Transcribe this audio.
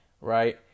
right